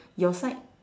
your side